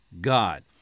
God